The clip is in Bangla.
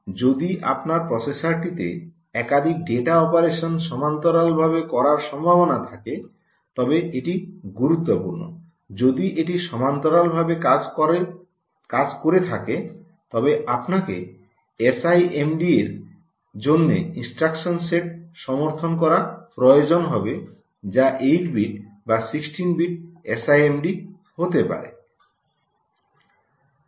কারণ যদি আপনার প্রসেসরটিতে একাধিক ডেটা অপারেশন সমান্তরালভাবে করার সম্ভাবনা থাকে তবে এটি গুরুত্বপূর্ণ যদি এটি সমান্তরাল ভাবে কাজ করে থাকে তবে আপনাকে এসআইএমডি এর জন্য ইনস্ট্রাকশন সেট সমর্থন করা প্রয়োজন হবে যা 8 বিট বা 16 বিট এসআইএমডি হতে পারে